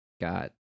got